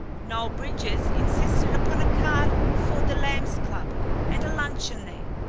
noel bridges insisted upon a card for the lambs club and a luncheon there.